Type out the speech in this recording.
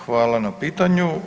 Hvala na pitanju.